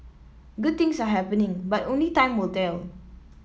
good things are happening but only time will tell